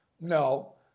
No